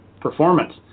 performance